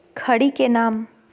खड़ी के नाम?